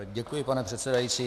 Děkuji, pane předsedající.